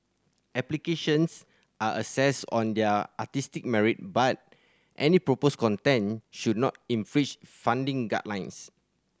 applications are assessed on their artistic merit but any proposed content should not infringe funding guidelines